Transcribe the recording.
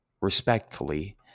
respectfully